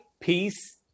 Peace